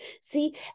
See